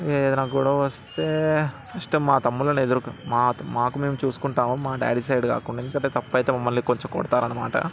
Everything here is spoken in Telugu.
ఏదన్నా గొడవ వస్తే ఫస్ట్ మా తమ్ముళ్ళని ఎదురుకుని మాకు మేము చూసుకుంటాము మా డాడీ సైడ్ కాకుండా ఎందుకంటే తప్పైతే మమ్మల్ని కొంచెం కొడతారనమాట